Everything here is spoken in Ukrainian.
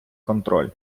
контроль